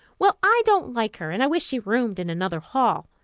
well, i don't like her, and i wish she roomed in another hall,